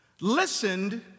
listened